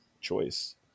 choice